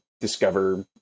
discover